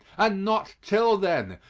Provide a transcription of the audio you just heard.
and not till then,